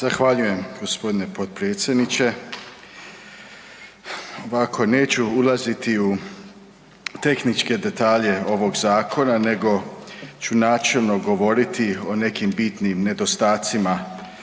Zahvaljujem g. potpredsjedniče. Ovako, neću ulaziti u tehničke detalje ovog zakona nego ću načelno govoriti o nekim bitnim nedostacima